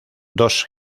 dos